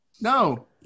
No